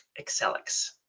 Excelix